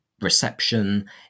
reception